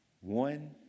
One